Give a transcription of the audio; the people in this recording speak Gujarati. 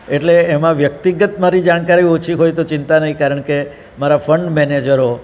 એટલે એમાં વ્યક્તિગત મારી જાણકારી ઓછી હોય તો ચિંતા નહીં કારણકે મારા ફંડ મેનેજરો